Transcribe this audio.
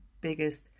biggest